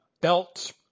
belts